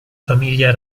famiglia